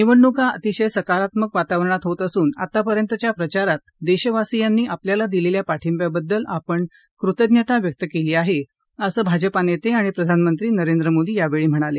निवडणूका अतिशय सकारात्मक वातारणात होत असून आतापर्यंतच्या प्रचारात देशवासिंयानी दिलेल्या पाठिब्याबद्दल आपण कृतज्ञता व्यक्त केली आहे असं भाजपा नेते आणि प्रधानमंत्री नरेंद्र मोदी यावेळी म्हणाले